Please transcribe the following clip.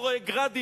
לא רואה "גראדים",